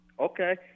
Okay